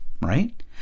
right